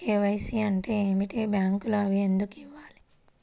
KYC అంటే ఏమిటి? బ్యాంకులో అవి ఎందుకు ఇవ్వాలి?